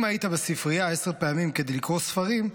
אם היית בספרייה עשר פעמים כדי לקרוא ספרים,